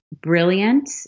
brilliant